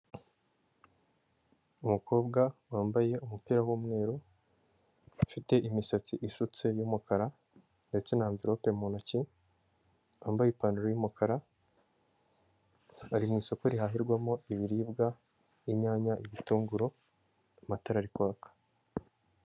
Umukobwa wambaye umupira w'umweru, ufite imisatsi isutse y'umukara ndetse na andlope mu ntoki, wambaye ipantaro y'umukara, ari mu isoko rihahirwamo ibiribwa inyanya, ibitunguru, amatara ari kwaka.